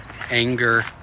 anger